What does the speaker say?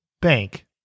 bank